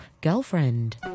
Girlfriend